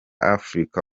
afurika